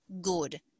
good